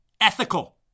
ethical